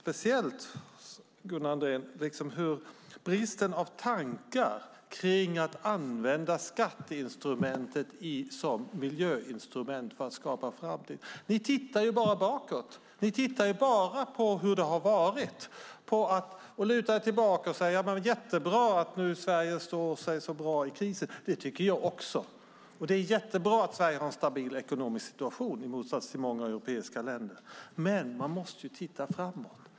Det finns en brist på tankar kring att använda skatteinstrumentet som miljöinstrument för att skapa en framtid. Ni tittar bara bakåt. Ni tittar bara på hur det har varit och lutar er tillbaka och säger: Det är jättebra att Sverige nu står sig så bra i krisen. Det tycker jag också, och det är jättebra att Sverige har en stabil ekonomisk situation i motsats till många europeiska länder. Men man måste titta framåt.